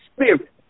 spirit